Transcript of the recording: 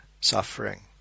suffering